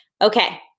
Okay